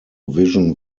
vision